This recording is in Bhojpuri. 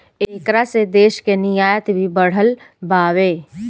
ऐकरा से देश के निर्यात भी बढ़ल बावे